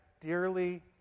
dearly